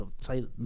say